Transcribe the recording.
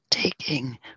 taking